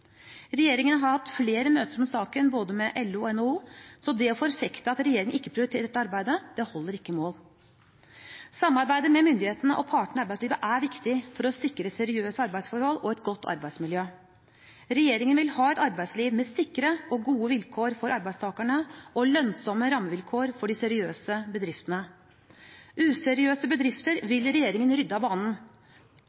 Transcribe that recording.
Regjeringen har hatt flere møter om saken både med LO og NHO, så det å forfekte at regjeringen ikke prioriterer dette arbeidet, holder ikke mål. Samarbeidet mellom myndighetene og partene i arbeidslivet er viktig for å sikre seriøse arbeidsforhold og et godt arbeidsmiljø. Regjeringen vil ha et arbeidsliv med sikre og gode vilkår for arbeidstakerne og lønnsomme rammevilkår for de seriøse bedriftene. Useriøse bedrifter